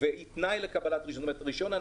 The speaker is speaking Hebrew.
של 36 שעות שהיא תנאי לקבלת הרישיון מחדש.